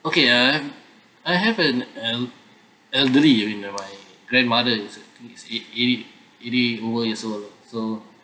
okay ah I have an el~ elderly you know my grandmother is a eight eighty eighty over years old so